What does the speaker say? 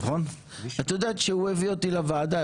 את יודעת שהוא הביא אותי לוועדה,